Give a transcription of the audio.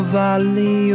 valley